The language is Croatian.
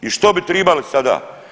I što bi tribali sada?